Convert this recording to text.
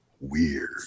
Weird